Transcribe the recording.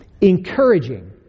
encouraging